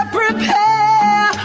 prepare